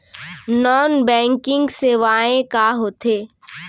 Non banking सेवाएं का होथे?